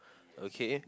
okay